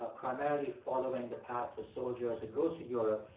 ah primarily following the paths of soldiers. it goes to europe.